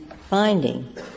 finding